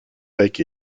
bec